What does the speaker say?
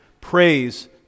praise